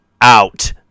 out